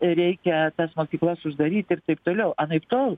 reikia tas mokyklas uždaryti ir taip toliau anaiptol